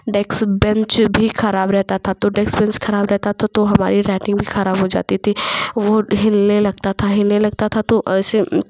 डेक्स bench भी खराब रहता था तो डेस्क बेन्च खराब रहता था तो हमारी राइटिंग भी खराब हो जाती थी वो हिलने लगता था हिलने लगता था तो ऐसे